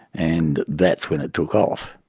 and that's when it took off.